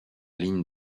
ligne